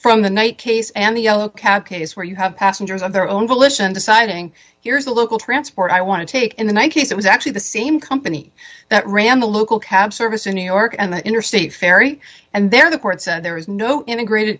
from the night case and the yellow cab case where you have passengers on their own volition deciding here's a local transport i want to take in the one case it was actually the same company that ran the local cab service in new york and the interstate ferry and there the court said there is no integrated